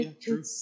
True